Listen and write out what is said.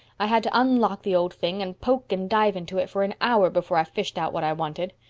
i had to unlock the old thing and poke and dive into it for an hour before i fished out what i wanted.